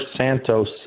Santos